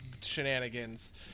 shenanigans